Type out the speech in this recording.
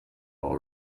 all